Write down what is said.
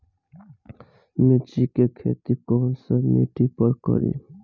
मिर्ची के खेती कौन सा मिट्टी पर करी?